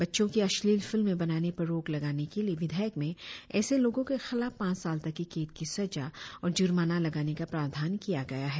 बच्चों की अश्लील फिल्में बनाने पर रोक लगाने के लिए विधेयक में ऐसे लोगो के खिलाफ पांच साल तक की कैद की सजा और जुर्मना लगाने का प्रावधान किया गया है